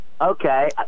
Okay